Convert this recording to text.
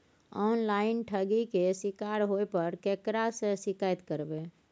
Online ठगी के शिकार होय पर केकरा से शिकायत करबै?